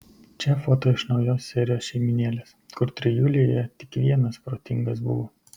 čia foto iš naujos serijos šeimynėlės kur trijulėje tik vienas protingas buvo